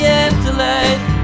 afterlife